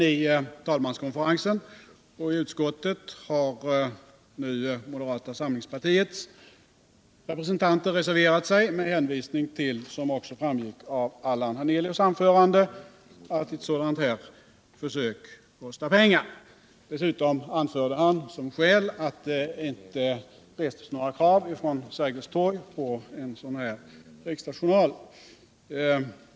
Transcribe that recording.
I talmanskonferensen och i utskottet har emellertid moderata samlingspartiets representanter reserverat sig med hänvisning till, vilket också framgick av Allan Hernelius anförande, att ett sådant här försök kostar pengar. Dessutom anförde Allan Hernelius såsom skäl att det inte ställts några krav från Sergels torg på en sådan här riksdagsjournal.